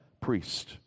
priest